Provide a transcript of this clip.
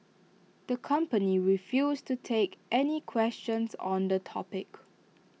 the company refused to take any questions on the topic